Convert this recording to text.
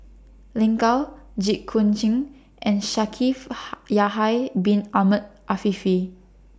Lin Gao Jit Koon Ch'ng and Shaikh Ha Yahya Bin Ahmed Afifi